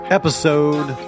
episode